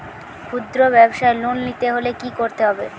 খুদ্রব্যাবসায় লোন নিতে হলে কি করতে হবে?